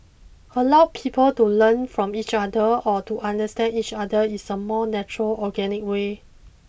allow people to learn from each other or to understand each other is a more natural organic way